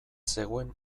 zegoen